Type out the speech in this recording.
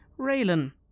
Raylan